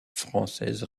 française